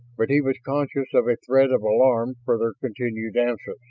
but he was conscious of a thread of alarm for their continued absence,